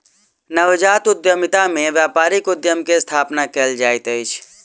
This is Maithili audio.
नवजात उद्यमिता में व्यापारिक उद्यम के स्थापना कयल जाइत अछि